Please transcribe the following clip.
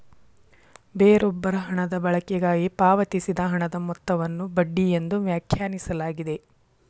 ಬೇರೊಬ್ಬರ ಹಣದ ಬಳಕೆಗಾಗಿ ಪಾವತಿಸಿದ ಹಣದ ಮೊತ್ತವನ್ನು ಬಡ್ಡಿ ಎಂದು ವ್ಯಾಖ್ಯಾನಿಸಲಾಗಿದೆ